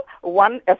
one